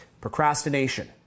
Procrastination